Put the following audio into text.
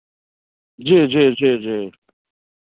जी जी जी जी